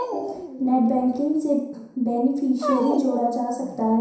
net banking से beneficiary जोड़ा जा सकता है